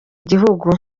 gihugu